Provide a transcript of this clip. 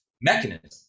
mechanism